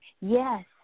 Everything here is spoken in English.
Yes